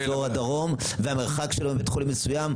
באזור הדרום והמרחק שלו מבית חולים מסוים,